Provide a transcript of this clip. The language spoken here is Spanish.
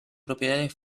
propiedades